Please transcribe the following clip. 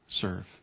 serve